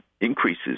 increases